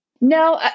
No